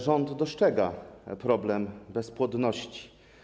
Rząd dostrzega problem bezpłodności.